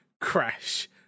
Crash